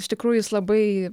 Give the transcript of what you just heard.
iš tikrųjų jis labai